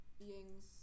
beings